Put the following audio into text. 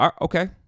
okay